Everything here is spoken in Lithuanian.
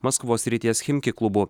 maskvos srities chimki klubu